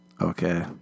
Okay